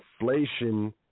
inflation